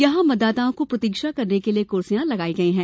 यहां मतदाताओं को प्रतीक्षा करने के लिए कुर्सियां लगाई गई हैं